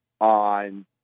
on